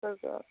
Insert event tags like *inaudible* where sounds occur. *unintelligible*